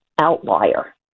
outlier